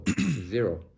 Zero